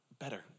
better